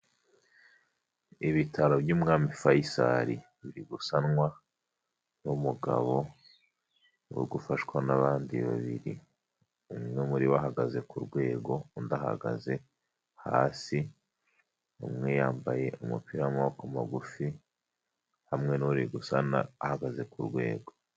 Ibitaro by'umwami Fayisali, biri gusanwa n'umugabo wo gufashwa n'abandi babiri, umwe muribo abahagaze ku rwego undi ahagaze hasi, umwe yambaye umupira w'amaboko maguru magufi hamwe n'uri gusana ahagaze ku rwego.